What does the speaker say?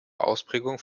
ausprägung